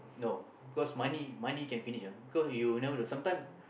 no because money money can finish ah because you know the sometime